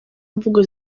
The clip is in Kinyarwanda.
mvugo